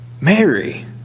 Mary